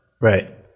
Right